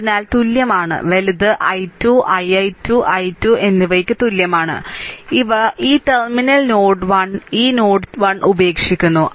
അതിനാൽ തുല്യമാണ് വലത് i 2 i i 2 i 2 എന്നിവയ്ക്ക് തുല്യമാണ് ഇവ ഈ ടെർമിനൽ നോഡ് 1 ഈ നോഡ് 1 ഉപേക്ഷിക്കുന്നു